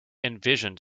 envisioned